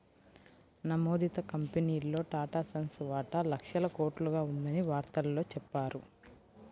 నమోదిత కంపెనీల్లో టాటాసన్స్ వాటా లక్షల కోట్లుగా ఉందని వార్తల్లో చెప్పారు